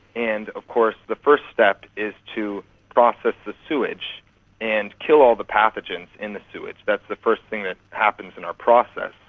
and of course the first step is to process the sewage and kill all the pathogens in the sewage, that's the first thing that happens in our process.